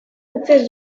hutsez